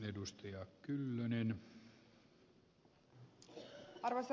arvoisa herra puhemies